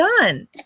done